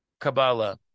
Kabbalah